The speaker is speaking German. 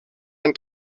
ein